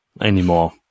anymore